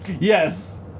yes